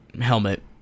helmet